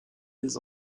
des